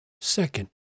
Second